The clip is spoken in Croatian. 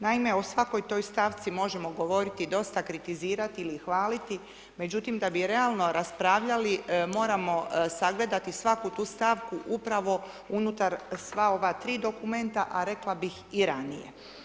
Naime, u svakoj toj stavci možemo govoriti, dosta kritizirati ili hvaliti, međutim da bi realno raspravljali, moramo sagledati svaku tu stavku upravo unutar sva ova 3 dokumenta a rekla bih i ranije.